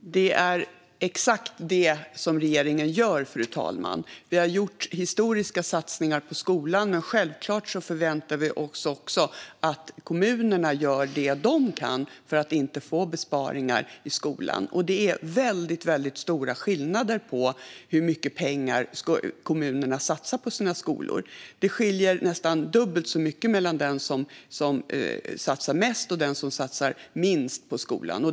Fru talman! Det är exakt det regeringen gör. Vi har gjort historiska satsningar på skolan, men vi förväntar oss självklart också att kommunerna gör det de kan för att inte få besparingar i skolan. Det finns väldigt stora skillnader när det gäller hur mycket pengar kommunerna satsar på sina skolor. Den som satsar mest på skolan satsar nästan dubbelt så mycket som den som satsar minst.